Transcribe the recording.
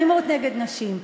אלימות נגד נשים.